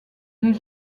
les